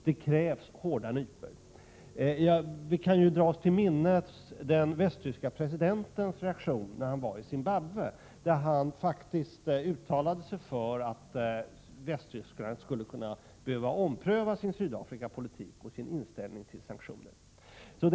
Det krävs hårda nypor. Vi kan ju dra oss till minnes den västtyske presidentens reaktion när han var i Zimbabwe. Han uttalade sig då faktiskt för att Västtyskland skulle kunna behöva ompröva sin Sydafrikapolitik och sin inställning till sanktioner.